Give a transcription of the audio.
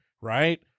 right